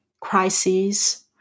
crises